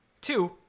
Two